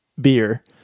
beer